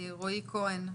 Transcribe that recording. רועי כהן,